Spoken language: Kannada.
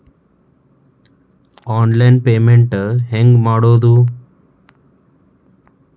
ಆನ್ಲೈನ್ ಪೇಮೆಂಟ್ ಹೆಂಗ್ ಮಾಡೋದು?